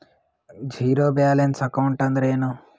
Zero balance account ಅಂದ್ರ ಏನು?